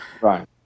right